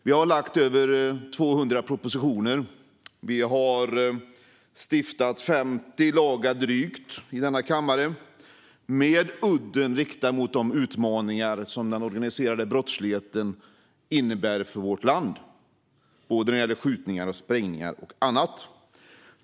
Vi har lagt fram över 200 propositioner, och vi har stiftat drygt 50 lagar i denna kammare. Udden har varit riktad mot de utmaningar som den organiserade brottsligheten innebär för vårt land, och det gäller såväl skjutningar och sprängningar som annat.